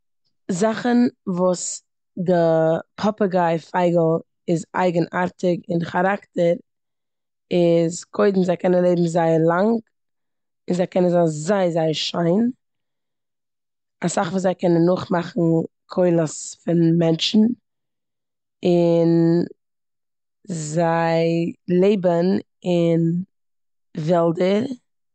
זאכן וואס די פאפעגיי פייגל איז אייגענארטיג אין כאראקטער איז קודם זיי קענען לעבן זייער לאנג און זיי קענען זיין זייער זייער שיין. אסאך פון זיי קענען נאכמאכן קולות פון מענטשן און זיי לעבן אין וועלדער.